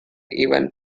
even